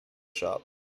shop